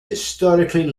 historically